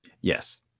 Yes